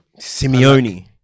Simeone